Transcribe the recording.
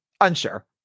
Unsure